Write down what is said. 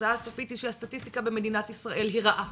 התוצאה הסופית היא שהסטטיסטיקה במדינת ישראל היא רעה